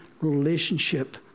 relationship